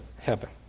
heaven